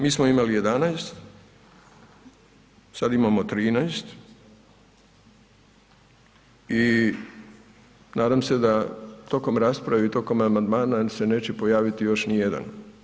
Mi smo imali 11, sada imamo 13 i nadam se da tokom rasprave i tokom amandmana se neće pojaviti još nijedan.